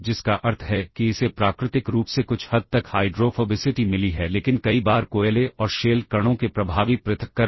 इसलिए यह उस अन्य स्थान से रिटर्न पते प्राप्त करने का प्रयास करेगा न कि उस स्थान से जहां कॉल निर्देश निष्पादित होने के दौरान यह रिटर्न पता स्टैक में सहेजा गया था